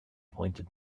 pointed